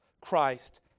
Christ